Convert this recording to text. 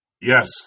Yes